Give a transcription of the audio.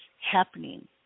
happening